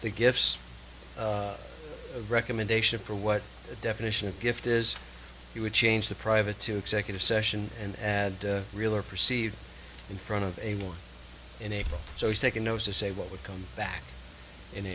the gifts of recommendation for what the definition of gift is he would change the private to executive session and add real or perceived in front of a one in a book so he's taking notes to say what would come back in